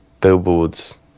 billboards